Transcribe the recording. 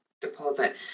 deposit